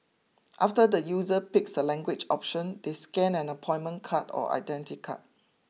after the user picks a language option they scan an appointment card or identity card